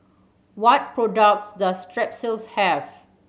what products does Strepsils have